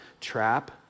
trap